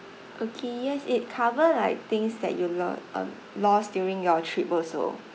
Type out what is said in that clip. okay yes it cover like things that you lear~ uh lost during your trip also